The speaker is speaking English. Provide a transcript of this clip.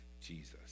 Jesus